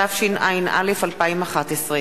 התשע"א 2011,